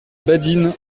badine